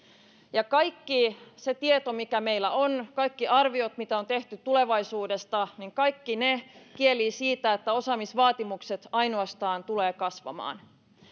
kaikki se tieto mikä meillä on kaikki arviot mitä on tehty tulevaisuudesta kaikki ne kielivät siitä että osaamisvaatimukset ainoastaan tulevat kasvamaan